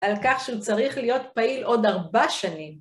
על כך שהוא צריך להיות פעיל עוד ארבע שנים.